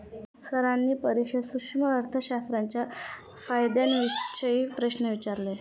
सरांनी परीक्षेत सूक्ष्म अर्थशास्त्राच्या फायद्यांविषयी प्रश्न विचारले